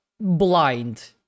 blind